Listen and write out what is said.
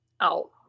out-